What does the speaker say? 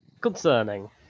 Concerning